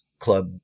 club